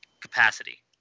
capacity